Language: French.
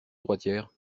droitière